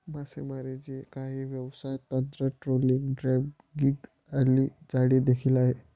मासेमारीची काही व्यवसाय तंत्र, ट्रोलिंग, ड्रॅगिंग आणि जाळी देखील आहे